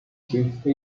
since